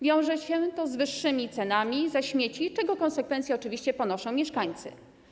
Wiąże się to z wyższymi cenami za śmieci, czego konsekwencje oczywiście ponoszą mieszkańcy.